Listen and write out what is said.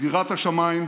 סגירת השמיים,